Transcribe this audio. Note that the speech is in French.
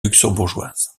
luxembourgeoise